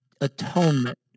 Atonement